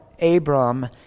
Abram